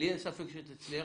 לי אין ספק שתצליח,